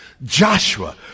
Joshua